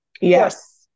Yes